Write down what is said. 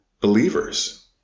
believers